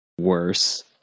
Worse